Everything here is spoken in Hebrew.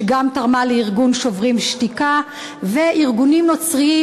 שגם תרמה לארגון "שוברים שתיקה" וארגונים נוצריים.